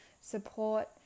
support